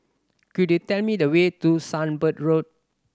could you tell me the way to Sunbird Road